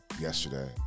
yesterday